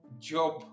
Job